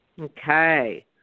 Okay